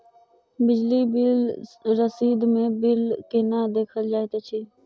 बिजली बिल रसीद मे बिल केना देखल जाइत अछि?